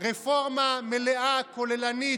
רפורמה מלאה, כוללנית,